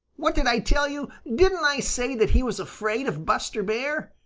what did i tell you? didn't i say that he was afraid of buster bear?